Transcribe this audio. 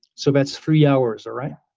so that's three hours. all right.